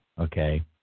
Okay